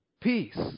Peace